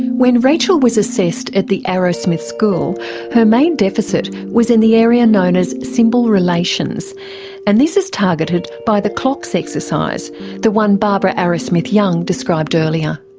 when rachel was assessed at the arrowsmith school her main deficit was in the area known as symbol relations and this is targeted by the clocks exercise the one barbara arrowsmith-young described earlier.